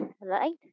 right